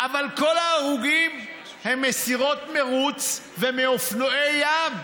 אבל כל ההרוגים הם מסירות מרוץ ומאופנועי ים.